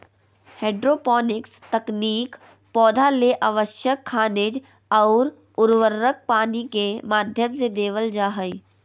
hydroponics तकनीक पौधा ले आवश्यक खनिज अउर उर्वरक पानी के माध्यम से देवल जा हई